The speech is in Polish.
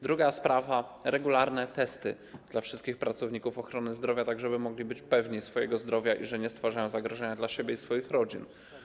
Druga sprawa: regularne testy dla wszystkich pracowników ochrony zdrowia, żeby mogli być pewni swojego zdrowia i tego, że nie stwarzają zagrożenia dla siebie i swoich rodzin.